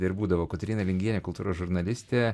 ir būdavo kotryna lingienė kultūros žurnalistė